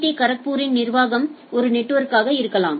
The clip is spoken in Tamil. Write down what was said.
டி கரக்பூரின் நிர்வாகம் ஒரு நெட்வொர்க்காக இருக்கலாம்